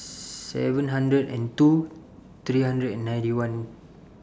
seven hundred and two three hundred and ninety one